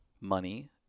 money